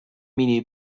مینی